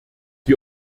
die